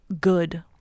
good